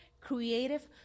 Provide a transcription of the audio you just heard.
creative